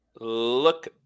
Look